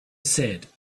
said